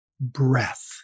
breath